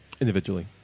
Individually